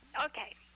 Okay